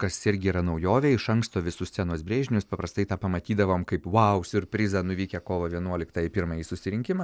kas irgi yra naujovė iš anksto visus scenos brėžinius paprastai tą pamatydavom kaip vau siurprizą nuvykę kovo vienuoliktąją į pirmąjį susirinkimą